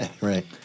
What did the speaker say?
Right